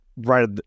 Right